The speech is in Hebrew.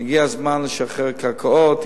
הגיע הזמן לשחרר קרקעות.